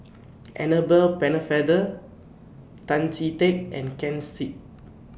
Annabel Pennefather Tan Chee Teck and Ken Seet